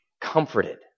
comforted